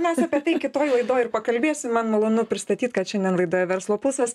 mes apie tai kitoj laidoj ir pakalbėsim man malonu pristatyt kad šiandien laidoje verslo pulsas